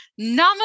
Namaste